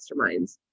masterminds